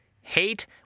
hate